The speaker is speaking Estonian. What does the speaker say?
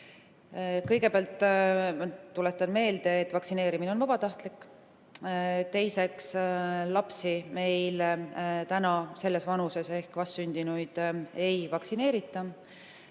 Kõigepealt tuletan meelde, et vaktsineerimine on vabatahtlik. Teiseks, lapsi selles vanuses ehk vastsündinuid meil ei vaktsineerita,